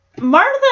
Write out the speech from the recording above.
Martha